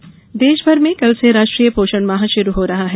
पोषण माह देशभर में कल से राष्ट्रीय पोषण माह शुरू हो रहा है